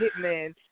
Hitman